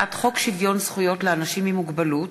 הצעת חוק שוויון זכויות לאנשים עם מוגבלות